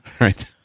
Right